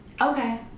Okay